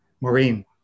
Maureen